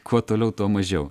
kuo toliau tuo mažiau